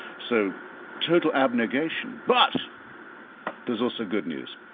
so total abnegation, but there's also good news.